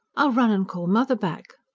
i'll run and call mother back.